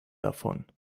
davon